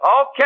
Okay